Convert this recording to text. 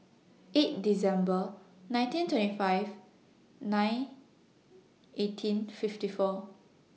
eight December nineteen twenty five nine eighteen fifty four